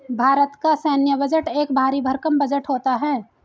भारत का सैन्य बजट एक भरी भरकम बजट होता है